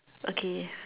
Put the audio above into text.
okay